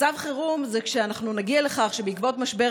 מצב חירום זה כשאנחנו נגיע לכך שבעקבות משבר